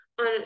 on